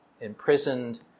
imprisoned